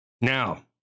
now